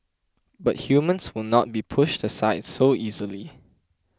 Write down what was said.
but humans will not be pushed aside so easily